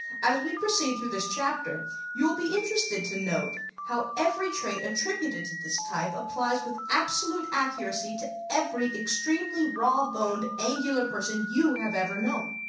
as we proceed through this chapter you will be interested to note how every trait attributed to this type applies with absolute accuracy to every extremely raw-boned, angular person you have ever known.